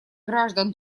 граждан